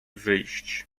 wyjść